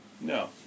No